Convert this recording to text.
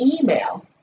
email